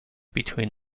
between